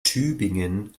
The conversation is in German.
tübingen